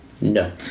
No